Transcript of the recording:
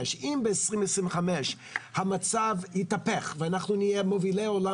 אם ב-2025 המצב יתהפך ואנחנו נהיה מובילי עולם